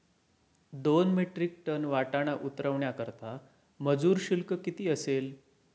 दोन metric tonne वाटाणा उतरवण्याकरता मजूर शुल्क किती असेल?